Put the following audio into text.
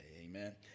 Amen